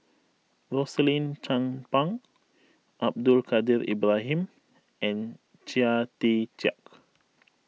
Rosaline Chan Pang Abdul Kadir Ibrahim and Chia Tee Chiak